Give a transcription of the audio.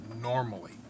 normally